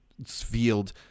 field